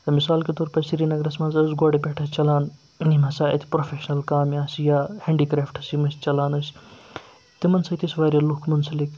مِثال کے طور پَر سرینَگرَس منٛز ٲس گۄڈٕ پٮ۪ٹھ اَسہِ چَلان یِم ہَسا اَتہِ پرٛوفٮ۪شنَل کامہِ آسہٕ یا ہینٛڈِکرٛافٹٕس یِم اَسہِ چَلان ٲسۍ تِمَن سۭتۍ ٲسۍ واریاہ لُکھ مُنسَلِک